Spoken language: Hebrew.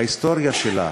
ההיסטוריה שלה,